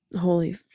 Holy